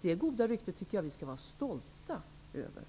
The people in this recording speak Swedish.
Det goda ryktet tycker jag att vi skall vara stolta över.